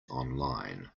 online